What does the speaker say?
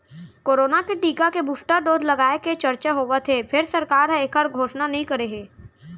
corona के टीका के बूस्टर डोज लगाए के चरचा होवत हे फेर सरकार ह एखर घोसना नइ करे हे